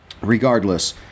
regardless